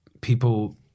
people